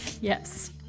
Yes